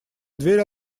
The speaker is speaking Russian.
дверь